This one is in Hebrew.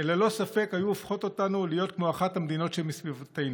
שללא ספק היו הופכות אותנו להיות כמו אחת המדינות שבסביבתנו.